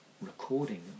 recording